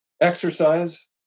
exercise